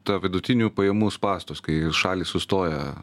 tą vidutinių pajamų spąstus kai šalys sustoja